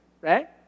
right